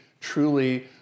truly